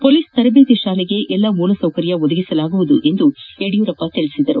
police ತರಬೇತಿ ಶಾಲೆಗೆ ಎಲ್ಲಾ ಮೂಲಸೌಕರ್ಯ ಒದಗಿಸಲಾಗುವುದು ಎಂದು ಯಡಿಯೂರಪ್ಪ ಕಿಳಿಸಿದರು